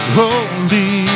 holy